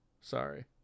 Sorry